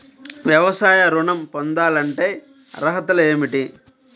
వ్యవసాయ ఋణం పొందాలంటే అర్హతలు ఏమిటి?